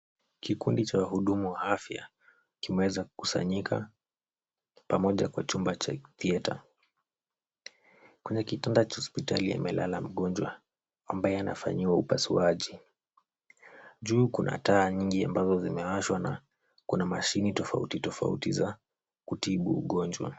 Kikundi cha wahudumu wa afya, kimeweza kukusanyika pamoja kwa chumba cha theatre . Kwenye kitanda cha hospitali amelala mgonjwa ambaye anafanyiwa upasuaji. Juu kuna taa nyingi ambazo zimewashwa na kuna mashini tofauti tofauti za kutibu ugonjwa.